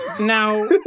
Now